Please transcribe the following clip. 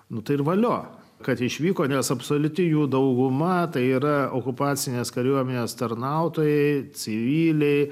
nu tai ir valio kad išvyko nes absoliuti jo dauguma tai yra okupacinės kariuomenės tarnautojai civiliai